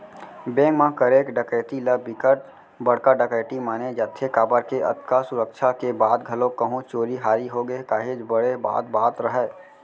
bank म करे डकैती ल बिकट बड़का डकैती माने जाथे काबर के अतका सुरक्छा के बाद घलोक कहूं चोरी हारी होगे काहेच बड़े बात बात हरय